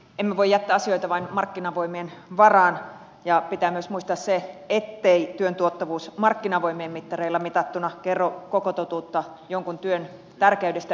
emme voi jättää asioita vain markkinavoimien varaan ja pitää myös muistaa se ettei työn tuottavuus markkinavoimien mittareilla mitattuna kerro koko totuutta jonkin työn tärkeydestä yhteiskunnalle